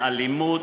מאלימות,